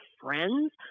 friends